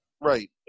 right